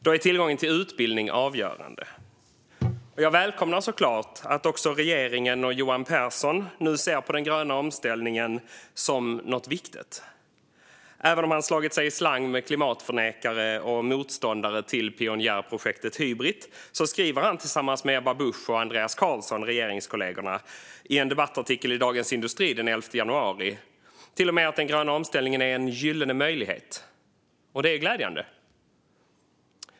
Då är tillgången till utbildning avgörande. Jag välkomnar såklart att också regeringen och Johan Pehrson nu ser på den gröna omställningen som någonting viktigt. Även om han slagit sig i slang med klimatförnekare och motståndare till pionjärprojektet Hybrit skriver han tillsammans med regeringskollegorna Ebba Busch och Andreas Carlson i en debattartikel i Dagens industri den 11 januari till och med att den gröna omställningen är en gyllene möjlighet. Det är glädjande.